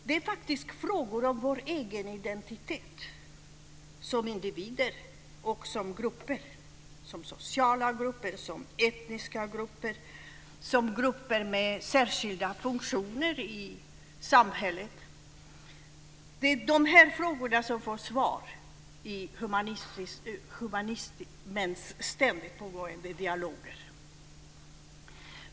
Det är faktiskt frågor om vår egen identitet som individer och om gruppers identitet - sociala grupper, etniska grupper och grupper med särskilda funktioner i samhället - som får svar i humanismens ständigt pågående dialoger.